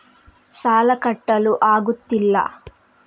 ಸಾಲ ಕಟ್ಟಲು ಆಗುತ್ತಿಲ್ಲ